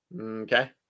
Okay